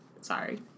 Sorry